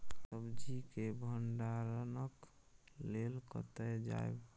सब्जी के भंडारणक लेल कतय जायब?